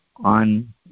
on